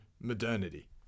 modernity